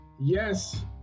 yes